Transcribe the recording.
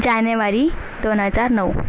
जानेवारी दोन हजार नऊ